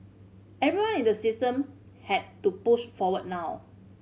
everyone in the system has to push forward now